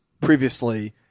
previously